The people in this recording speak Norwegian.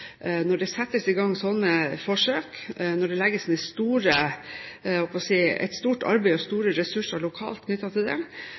når det settes i gang slike forsøk, når det legges ned et stort arbeid, og